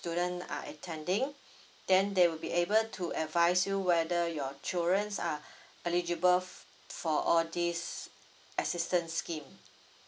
student err attending then they will be able to advise you whether your children are eligible for all these assistance scheme